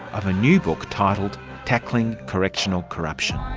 of a new book titled tackling correctional corruption.